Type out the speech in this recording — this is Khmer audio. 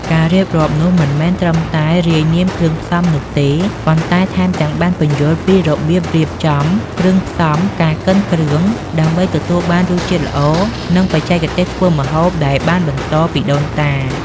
ការរៀបរាប់នោះមិនមែនត្រឹមតែរាយនាមគ្រឿងផ្សំនោះទេ ប៉ុន្តែថែមទាំងបានពន្យល់ពីរបៀបរៀបចំគ្រឿងផ្សំ ការកិនគ្រឿងដើម្បីទទួលបានរសជាតិល្អ និងបច្ចេកទេសធ្វើម្ហូបដែលបានបន្តពីដូនតា។